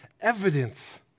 evidence